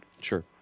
Sure